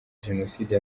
jenoside